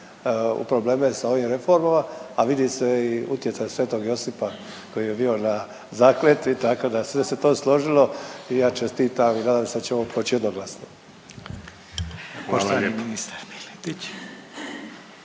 u probleme sa ovim reformama, a vidi se i utjecaj sv. Josipa koji je bio na zakletvi tako da sve se to složilo i ja čestitam i nadam se da ćemo proć jednoglasno.